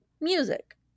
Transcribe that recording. music